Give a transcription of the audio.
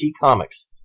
Comics